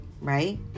right